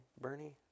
Bernie